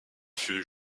fut